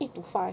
eight to five